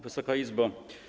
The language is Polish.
Wysoka Izbo!